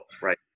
Right